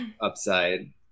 upside